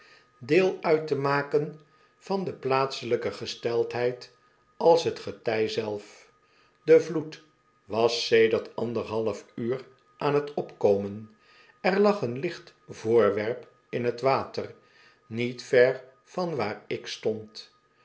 deel uit te maken van de plaatselijke gesteldheid als t getij zelf de vloed was sedert anderhalf uur aan t opkomen er lag een licht voorwerp in t water niet ver van waar ik stond